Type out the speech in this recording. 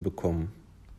bekommen